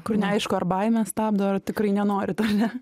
kur neaišku ar baimė stabdo ar tikrai nenorit ar ne